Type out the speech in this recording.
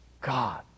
God